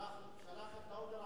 שלח את לאודר,